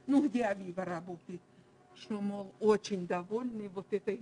בלי לבדוק את הדקויות ואת האבחנות הדקות שיש בין הענפים השונים.